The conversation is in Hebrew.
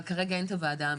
אבל כרגע אין ועדה מחוזית.